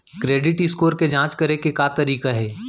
Credit score के जाँच करे के का तरीका हे?